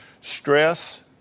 Stress